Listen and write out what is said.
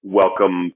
welcome